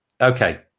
okay